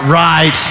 right